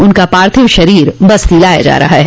उनका पार्थिव शरीर बस्ती लाया जा रहा है